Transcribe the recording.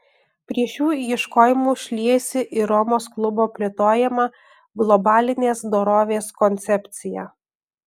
prie šių ieškojimų šliejasi ir romos klubo plėtojama globalinės dorovės koncepcija